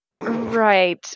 Right